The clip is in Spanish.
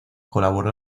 colaboró